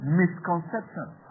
misconceptions